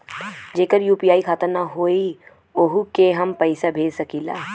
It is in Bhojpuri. जेकर यू.पी.आई खाता ना होई वोहू के हम पैसा भेज सकीला?